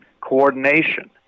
coordination